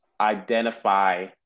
identify